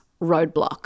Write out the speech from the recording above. roadblock